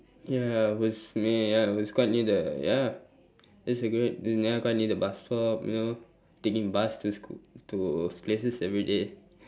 ya I was may~ ya I was quite near the ya that's a good ya quite near the bus stop you know taking bus to sch~ to places every day